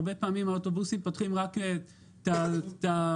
הרבה פעמים האוטובוסים פותחים רק את הדלתות